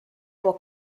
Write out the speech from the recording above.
può